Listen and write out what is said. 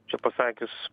čia pasakius